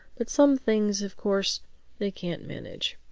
but some things of course they can't manage.